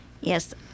Yes